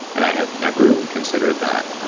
and i had never considered that,